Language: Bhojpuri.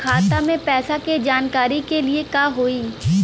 खाता मे पैसा के जानकारी के लिए का होई?